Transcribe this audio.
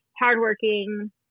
hardworking